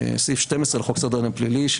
סעיף 12 לחוק סדר הדין הפלילי,